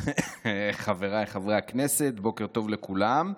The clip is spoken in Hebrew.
חבריי חברי הכנסת, בוקר טוב לכולם.